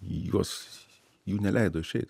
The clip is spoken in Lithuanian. juos jų neleido išeit